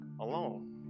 alone